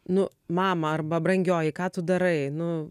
nu mama arba brangioji ką tu darai nu